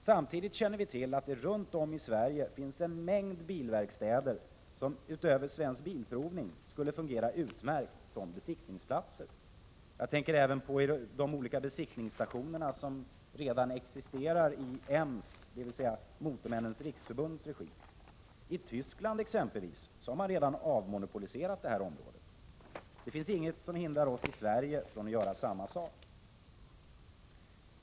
Samtidigt känner vi till att det runt om i Sverige finns en mängd bilverkstäder, som utöver Svensk Bilprovning skulle fungera utmärkt som besiktningsplatser. Jag tänker även på de olika besiktningsstationerna som redan existerar i M:s, dvs. Motormännens Riksförbunds, regi. I Tyskland har man redan avmonopoliserat detta område. Det finns inget som hindrar oss i Sverige från att göra samma sak.